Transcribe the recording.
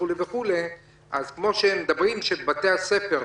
כפי שאומרים שבבתי הספר,